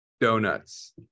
donuts